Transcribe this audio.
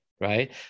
right